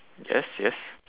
yes yes